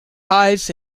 highs